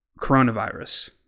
coronavirus